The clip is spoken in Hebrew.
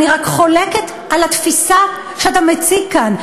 אני רק חולקת על התפיסה שאתה מציג כאן,